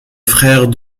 frère